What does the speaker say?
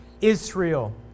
Israel